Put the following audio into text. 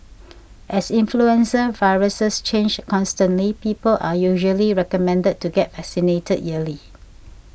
as influenza viruses change constantly people are usually recommended to get vaccinated yearly